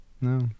no